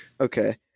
Okay